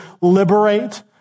liberate